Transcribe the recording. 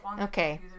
Okay